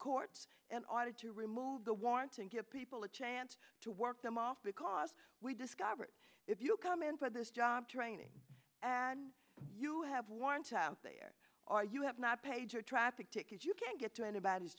courts and audit to remove the want to give people a chance to work them off because we discovered if you come in for this job training and you have worn out there are you have not paid your traffic tickets you can't get to anybody's